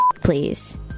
please